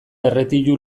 erretilu